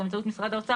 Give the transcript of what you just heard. באמצעות משרד האוצר,